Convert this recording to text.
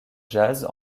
jazz